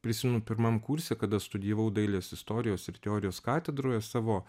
prisimenu pirmam kurse kada studijavau dailės istorijos ir teorijos katedroje savo